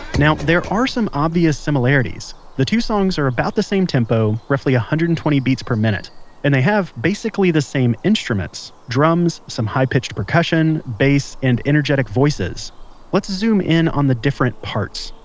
now, there are some obvious similarities the two songs are about the same tempo roughly one ah hundred and twenty beats per minute and they have basically the same instruments drums, some high pitched percussion, bass, and energetic voices let's zoom in on the different parts.